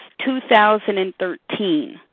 2013